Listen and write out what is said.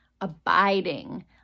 abiding